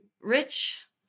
Rich